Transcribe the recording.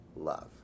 love